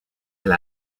elle